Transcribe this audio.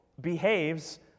behaves